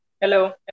Hello